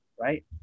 Right